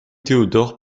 théodore